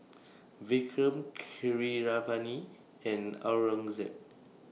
Vikram Keeravani and Aurangzeb